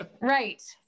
Right